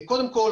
קודם כול,